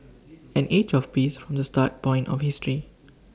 an age of peace from the starting point of history